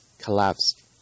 collapsed